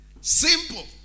Simple